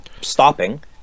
stopping